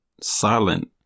silent